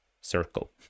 circle